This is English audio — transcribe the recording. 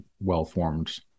well-formed